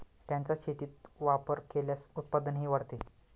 त्यांचा शेतीत वापर केल्यास उत्पादनही वाढते